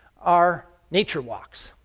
are nature walks.